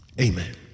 Amen